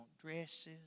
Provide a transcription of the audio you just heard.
dresses